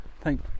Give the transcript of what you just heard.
Thank